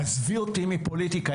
עזבי אותי מפוליטיקה,